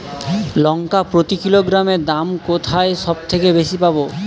লঙ্কা প্রতি কিলোগ্রামে দাম কোথায় সব থেকে বেশি পাব?